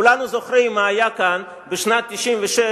כולנו זוכרים מה היה כאן בשנת 1996,